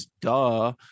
duh